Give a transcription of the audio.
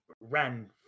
ran